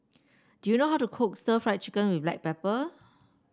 do you know how to cook Stir Fried Chicken with Black Pepper